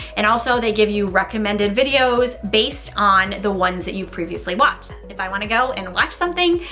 and also they give you recommended videos based on the ones that you've previously watched. if i want to go and watch something,